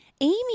Amy